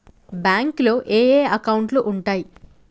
బ్యాంకులో ఏయే అకౌంట్లు ఉంటయ్?